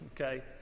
okay